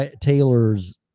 Taylor's